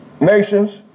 nations